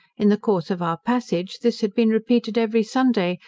in the course of our passage this had been repeated every sunday,